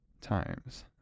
times